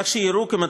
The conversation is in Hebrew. כמו כן,